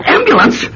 Ambulance